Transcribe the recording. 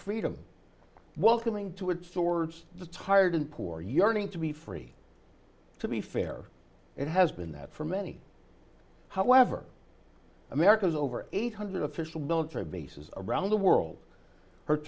freedom welcoming to its swords the tired and poor yearning to be free to be fair it has been that for many however america's over eight hundred official military bases around the world hurt